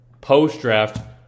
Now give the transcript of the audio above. post-draft